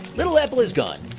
little apple is gone.